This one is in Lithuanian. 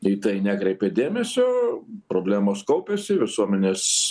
į tai nekreipia dėmesio problemos kaupėsi visuomenės